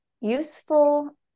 useful